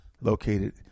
located